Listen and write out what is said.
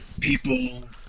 people